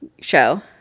show